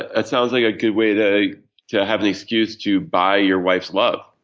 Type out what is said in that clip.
ah that sounds like a good way to have the excuse to buy your wife's love.